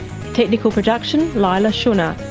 technical production, leila shunnar,